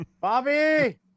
Bobby